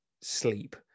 sleep